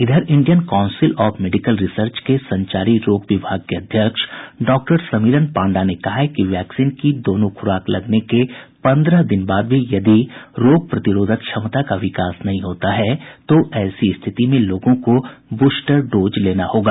इधर Indian council of medical research के संचारी रोग विभाग के अध्यक्ष डॉक्टर समिरन पांडा ने कहा है कि वैक्सीन की दोनों खूराक लगने के पन्द्रह दिन बाद भी यदि प्रतिरोधक क्षमता का विकास नहीं होता है तो ऐसी स्थिति में लोगों को बुस्टर डोज लेना होगा